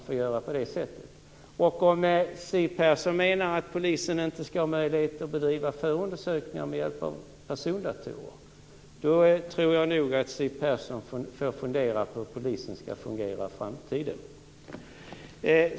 Om Siw Persson menar att polisen inte skall ha möjlighet att bedriva förundersökningar med hjälp av persondatorer, då tror jag nog att Siw Persson får fundera över hur polisen skall fungera i framtiden.